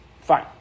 Fine